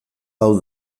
hau